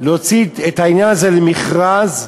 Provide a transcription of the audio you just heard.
הוצאת העניין הזה למכרז,